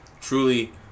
truly